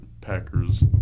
Packers